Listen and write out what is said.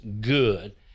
good